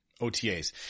OTAs